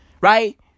Right